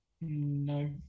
No